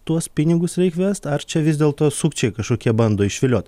tuos pinigus reik vest ar čia vis dėlto sukčiai kažkokie bando išviliot